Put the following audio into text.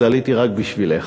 עליתי רק בשבילך.